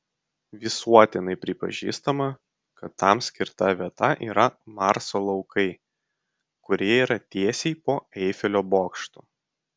visuotinai pripažįstama kad tam skirta vieta yra marso laukai kurie yra tiesiai po eifelio bokštu